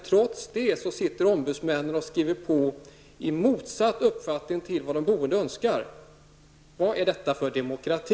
Trots det sitter ombudsmännen och skriver under på någonting som står i motsats till vad de boende önskar. Vad är det detta för demokrati?